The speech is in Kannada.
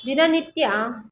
ದಿನನಿತ್ಯ